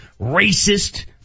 racist